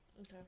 Okay